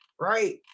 right